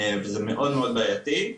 וזה מאוד מאוד בעייתי.